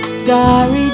starry